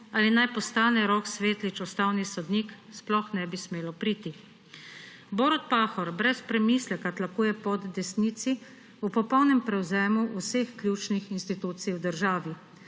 ali naj postane Rok Svetlič ustavni sodnik, sploh ne bi smelo priti. Borut Pahor brez premisleka tlakuje pot desnici v popolnem prevzemu vseh ključnih institucij v državi.